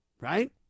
Right